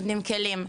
נותנים כלים,